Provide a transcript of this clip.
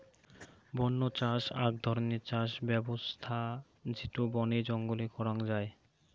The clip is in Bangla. বন্য চাষ আক ধরণের চাষ ব্যবছস্থা যেটো বনে জঙ্গলে করাঙ যাই